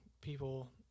people